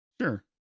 Sure